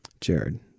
Jared